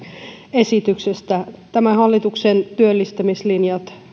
esityksestä tämän hallituksen työllistämislinjat